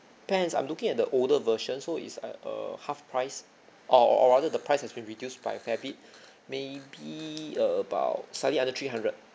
depends I'm looking at the older version so is at err half price or or rather the price has been reduced by a fair bit maybe about slightly under three hundred